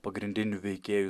pagrindinių veikėjų